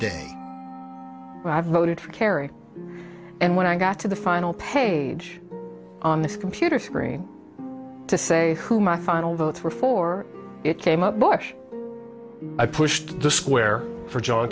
day i voted for kerry and when i got to the final page on this computer screen to say who my final vote for for it came up bush i pushed the square for john